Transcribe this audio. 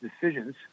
decisions